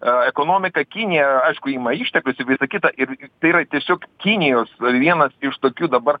ekonomiką kinija aišku ima išteklius ir visa kita ir tai yra tiesiog kinijos vienas iš tokių dabar